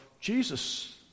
Jesus